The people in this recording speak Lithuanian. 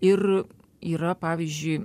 ir yra pavyzdžiui